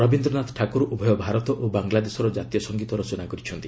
ରବୀନ୍ଦ୍ରନାଥ ଠାକ୍ରର ଉଭୟ ଭାରତ ଓ ବାଂଲାଦେଶର ଜାତୀୟ ସଙ୍ଗୀତ ରଚନା କରିଛନ୍ତି